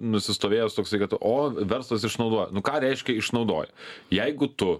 nusistovėjęs toksai kad o verslas išnaudoja nu ką reiškia išnaudoja jeigu tu